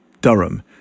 Durham